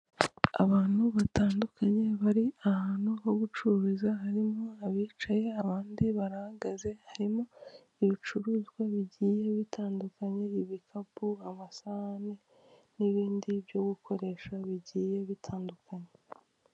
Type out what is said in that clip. Abantu batandukanye bari ahantu ho gucururiza, harimo abicaye abandi barahagaze, harimo ibicuruzwa bigiye bitandukanye, ibikapu, amasahani n'ibindi byo gukoresha bigiye bitandukanye.